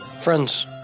Friends